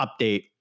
update